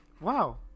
Wow